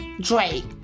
Drake